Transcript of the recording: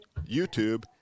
YouTube